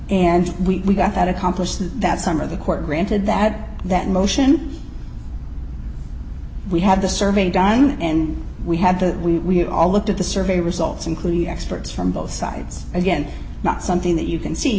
and we got that accomplished that some of the court granted that that motion we have the survey done and we have to we all looked at the survey results including experts from both sides again not something that you can see